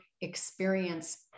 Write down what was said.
experience